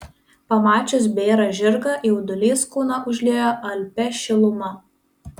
pamačius bėrą žirgą jaudulys kūną užliejo alpia šiluma